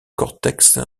cortex